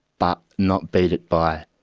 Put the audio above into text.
but not beat it by